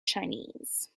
chinese